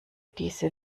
diese